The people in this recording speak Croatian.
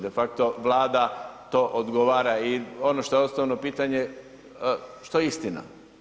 De facto Vlada to odgovara i ono što je osnovno pitanje, što je istina?